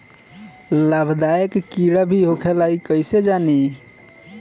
लाभदायक कीड़ा भी होखेला इसे कईसे जानी?